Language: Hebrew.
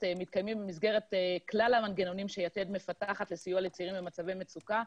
מתקיימים במסגרת כלל המנגנונים שיתד מפתחת לסיוע לצעירים במצבי מצוקה,